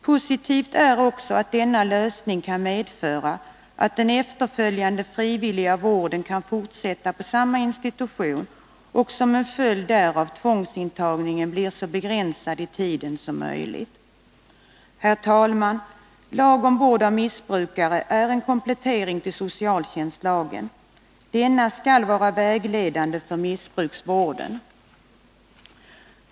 Positivt är också att denna lösning kan medföra att den efterföljande frivilliga vården kan fortsätta på samma institution och att som en följd därav tvångsintagningen blir så begränsad i tiden som möjligt. Herr talman! Lag om vård av missbrukare är en komplettering av socialtjänstlagen. Denna skall vara vägledande för missbrukarvården.